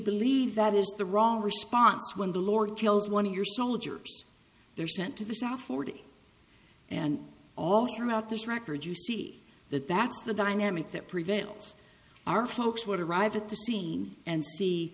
believe that is the wrong response when the lord kills one of your soldiers they're sent to the south forty and all throughout this record you see that that's the dynamic that prevails our folks would arrive at the scene and